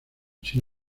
sin